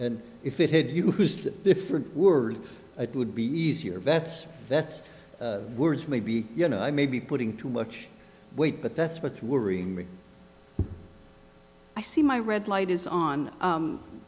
and if it had you used different words it would be easier that's that's words maybe you know i may be putting too much weight but that's what's worrying me i see my red light is on u